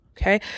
Okay